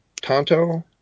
Tonto